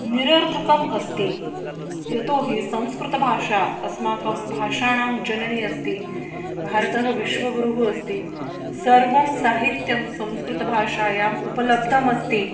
निरर्थकम् अस्ति यतोहि संस्कृतभाषा अस्माकं भाषाणां जननी अस्ति भारतः विश्वगुरुः अस्ति सर्वं साहित्यं संस्कृतभाषायाम् उपलब्धमस्ति